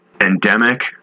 endemic